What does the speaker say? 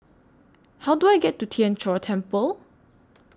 How Do I get to Tien Chor Temple